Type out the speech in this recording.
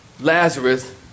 Lazarus